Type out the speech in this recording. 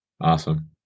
Awesome